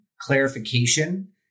clarification